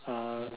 uh